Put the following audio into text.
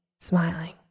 smiling